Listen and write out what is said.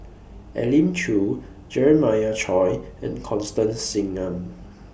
Elim Chew Jeremiah Choy and Constance Singam